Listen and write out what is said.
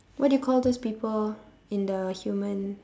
what do you call these people in the human